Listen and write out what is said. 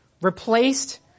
replaced